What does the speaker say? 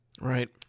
Right